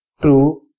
true